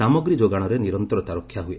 ସାମଗ୍ରୀ ଯୋଗାଣରେ ନିରନ୍ତରତା ରକ୍ଷା ହୁଏ